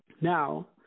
Now